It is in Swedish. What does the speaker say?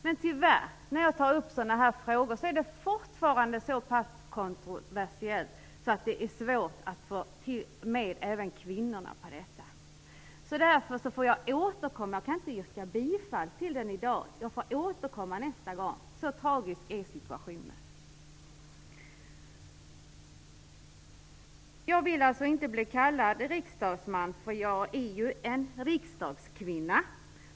Men tyvärr, när jag tar upp sådana här frågor är det fortfarande så pass kontroversiellt att det även är svårt att få med kvinnorna på detta. Därför får jag återkomma. Jag kan inte yrka bifall till motionen i dag. Jag får återkomma nästa gång, så tragisk är situationen. Jag vill alltså inte bli kallad riksdagsman, för jag är en riksdagskvinna.